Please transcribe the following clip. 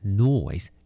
noise